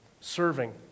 Serving